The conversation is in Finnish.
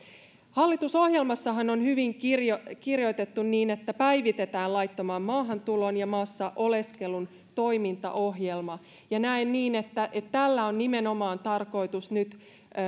hallitusohjelmassahan on hyvin kirjoitettu kirjoitettu että päivitetään laittoman maahantulon ja maassa oleskelun toimintaohjelma näen niin että tällä on nimenomaan tarkoitus nyt